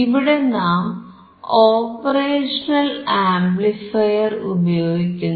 ഇവിടെ നാം operational amplifier ഉപയോഗിക്കുന്നു